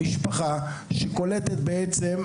משפחה שקולטת בעצם,